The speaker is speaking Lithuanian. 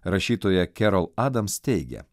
rašytoja kerol adams teigia